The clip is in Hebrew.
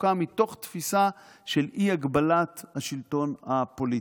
חוקה מתוך תפיסה של אי-הגבלת השלטון הפוליטי.